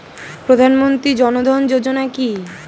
প্রধানমন্ত্রী জনধন যোজনা কি?